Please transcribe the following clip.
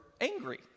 angry